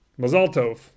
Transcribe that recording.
Mazaltov